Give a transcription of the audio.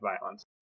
violence